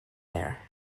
there